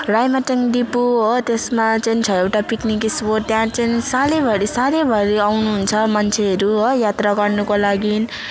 Raimatang depot हो त्यसमा चाहिँ छ एउटा पिकनिक स्पोट त्यहाँ चाहिँ सालभरि सालभरि आउनु हुन्छ मान्छेहरू है यात्रा गर्नुको लागि